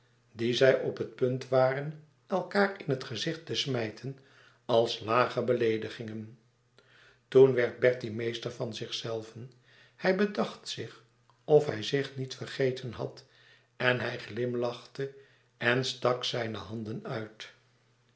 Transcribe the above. die zij op het punt waren elkaâr in het gezicht te smijten als lage beleedigingen toen werd bertie meester van zichzelven hij bedacht zich of hij zich niet vergeten had en hij glimlachte en stak zijne handen uit